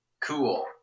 cool